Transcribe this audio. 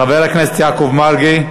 חבר הכנסת יעקב מרגי.